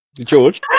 George